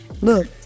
look